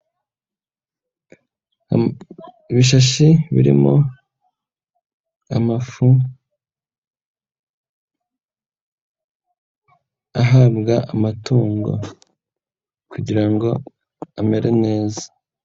Ibishashi birimo amafu, ahabwa amatungo kugira ngo amere neza.